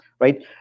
right